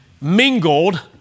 mingled